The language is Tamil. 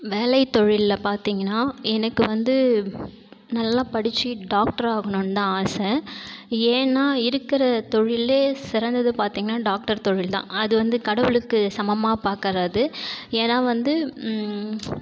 வேலை தொழிலில் பார்த்திங்ன்னா எனக்கு வந்து நல்லா படித்து டாக்டராகணுன்னுதான் ஆசை ஏன்னா இருக்கிற தொழில்லேயே சிறந்தது பார்த்திங்கன்னா டாக்டர் தொழில்தான் அது வந்து கடவுளுக்கு சமமாக பாக்கிறது ஏன்னா வந்து